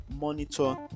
monitor